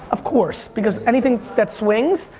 of course. because anything that swings,